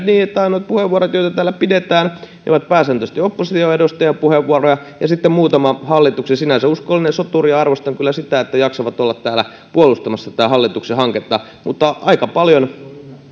niin että ainoat puheenvuorot joita täällä pidetään ovat pääsääntöisesti oppositioedustajien puheenvuoroja ja sitten on muutama hallituksen sinänsä uskollinen soturi ja arvostan kyllä sitä että jaksavat olla täällä puolustamassa tätä hallituksen hanketta mutta aika paljon